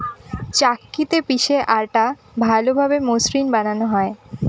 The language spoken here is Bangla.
চাক্কিতে পিষে আটা ভালোভাবে মসৃন বানানো হয়